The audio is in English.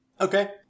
Okay